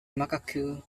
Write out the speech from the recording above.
macaque